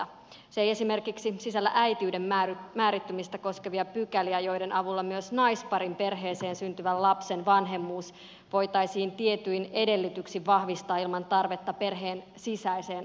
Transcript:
se ei esimerkiksi sisällä äitiyden määrittymistä koskevia pykäliä joiden avulla myös naisparin perheeseen syntyvän lapsen vanhemmuus voitaisiin tietyin edellytyksin vahvistaa ilman tarvetta perheen sisäiseen adoptioon